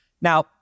Now